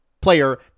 player